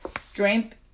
Strength